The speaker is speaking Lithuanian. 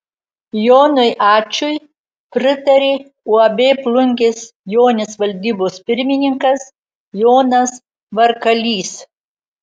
jonui ačui pritarė uab plungės jonis valdybos pirmininkas jonas varkalys